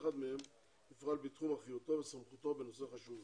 בעניין פגיעה בעולים חדשים על ידי נותני שירותי תיקונים.